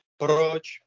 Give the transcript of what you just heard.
proč